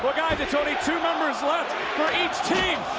but guys, it's only two members left for each team.